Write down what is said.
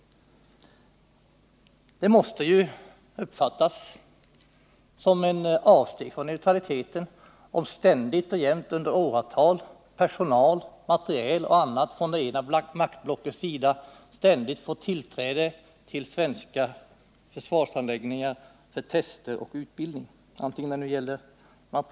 Det måste uppfattas som ett avsteg från neutralitetsprincipen, om under åratal personal, materiel och annat ständigt och jämt ställs till förfogande för länder från det ena maktblocket och om de ständigt får tillträde till svenska försvarsanläggningar för tester och utbildning.